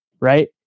Right